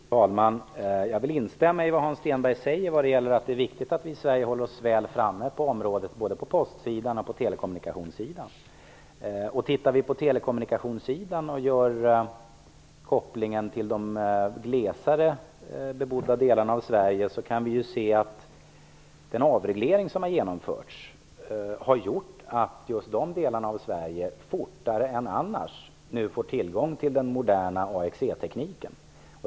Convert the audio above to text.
Fru talman! Jag vill instämma i vad Hans Stenberg säger vad gäller att det är viktigt att vi i Sverige håller oss väl framme på området, både på postsidan och på telekommunikationssidan. Om vi tittar på telekommunikationssidan och gör kopplingen till de glesare bebodda delarna av Sverige, kan vi se att den avreglering som har genomförts har gjort att just de delarna av Sverige fortare än annars nu får tillgång till den moderna AXE-tekniken.